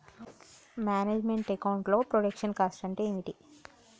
Manage meant account లో production cost అంటే ఏమిటి?